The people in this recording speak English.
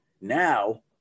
now